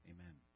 Amen